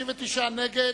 נגד,